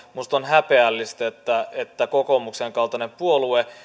minusta on häpeällistä että kokoomuksen kaltainen puolue